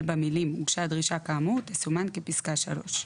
במילים "הוגשה דרישה כאמור" תסומן כפסקה (3).